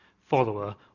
follower